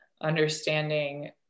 understanding